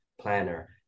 planner